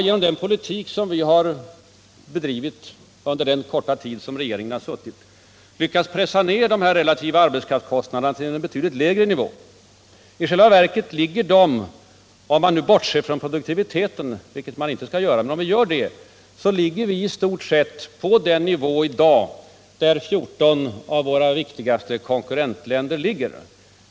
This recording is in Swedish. Med den politik som vi har bedrivit under den korta tid som regeringen har suttit har vi lyckats pressa ned dessa relativa arbetskraftskostnader till en betydligt lägre nivå. I själva verket ligger våra arbetskraftskostnader i dag — om vi nu bortser från produktiviteten, vilket man annars inte skall göra — i stort sett på samma nivå som i 14 av våra viktigaste konkurrentländer.